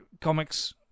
comics